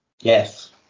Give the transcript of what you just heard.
Yes